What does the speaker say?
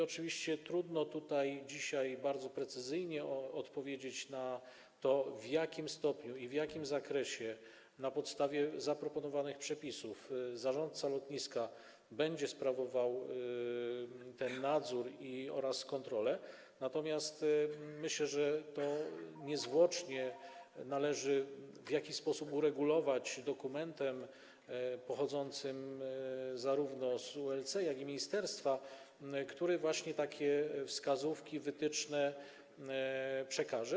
Oczywiście trudno dzisiaj bardzo precyzyjnie odpowiedzieć na to, w jakim stopniu i w jakim zakresie na podstawie zaproponowanych przepisów zarządca lotniska będzie sprawował ten nadzór oraz kontrolę, natomiast myślę, że to niezwłocznie należy w jakiś sposób uregulować dokumentem, pochodzącym zarówno z ULC, jak i z ministerstwa, który takie wskazówki, wytyczne przekaże.